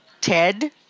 ted